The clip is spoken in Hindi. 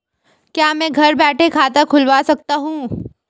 क्या मैं घर बैठे खाता खुलवा सकता हूँ?